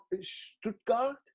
Stuttgart